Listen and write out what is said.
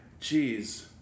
Jeez